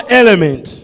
element